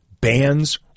bands